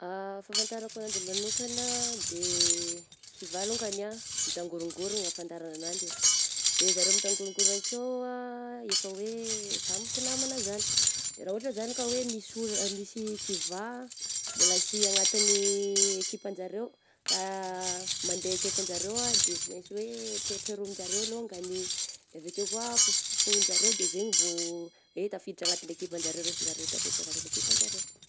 Fahafantarako ananjy manokana de kivà longany ah mitangorongorona ny afantaragna ananjy eh, de zareo mitangorongorona akeo ah efa hoe samy mpinamana zany, de raha ohatra izany ka hoe misy olona misy kivà mbola sy anatign'ny ekipanjareo ka mandeha akaikinjareo ah de sy maisy hoe trerotrerominjareo longany, de avy akeo koa fopofofoninjareo ah de zay igny vo hoe tafiditra agnatin'ny ekipanjareo, raisinjareo tafiditra agnatin'ny ekipanjareo.